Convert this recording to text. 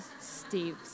Steve